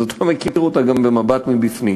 אז אתה מכיר אותה גם במבט מבפנים,